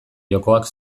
jokoak